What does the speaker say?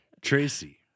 Tracy